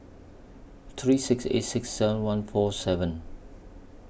three six eight six seven one four seven